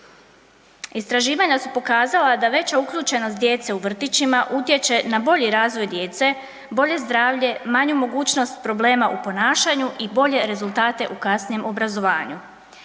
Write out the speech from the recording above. Istraživanja su pokazala da veća uključenost djece u vrtićima utječe na bolji razvoj djece, bolje zdravlje, manju mogućnost problema u ponašanju i bolje rezultate u kasnijem obrazovanju.